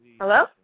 hello